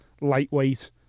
lightweight